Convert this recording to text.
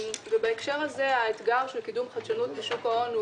בהקשר הזה האתגר של קידום חדשנות בשוק ההון הוא